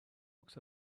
looks